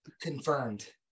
confirmed